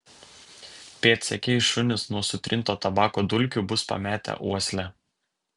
pėdsekiai šunys nuo sutrinto tabako dulkių bus pametę uoslę